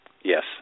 Yes